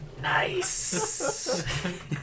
Nice